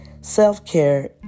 self-care